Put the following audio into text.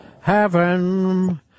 heaven